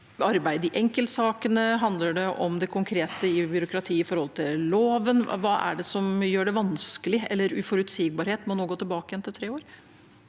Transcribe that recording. arbeid i enkeltsakene, handler det om det konkrete byråkrati i forhold til loven? Hva er det som gjør det vanskelig, eller uforutsigbart, med nå å gå tilbake igjen til tre år?